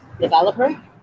developer